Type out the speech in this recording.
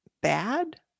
bad